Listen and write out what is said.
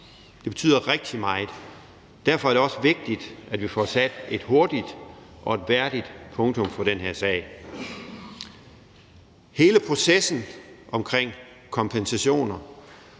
det betyder rigtig meget. Derfor er det også vigtigt, at vi får sat et hurtigt og et værdigt punktum for den her sag. Hele processen omkring kompensationer